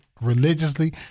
religiously